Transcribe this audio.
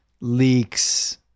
leaks